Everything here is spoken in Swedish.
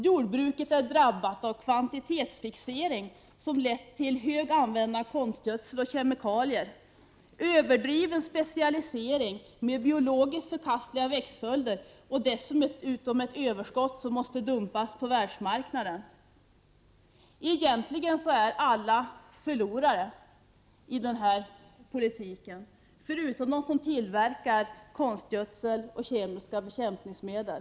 Jordbruket är drabbat av kvantitetsfixering som lett till hög användning av konstgödsel och kemikalier, överdriven specialisering med biologiskt förkastliga växtföljder och dessutom har det lett till ett överskott som måste dumpas på världsmarknaden. Alla är egentligen förlorare i denna politik, utom de som tillverkar konstgödsel och kemiska bekämpningsmedel.